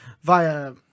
via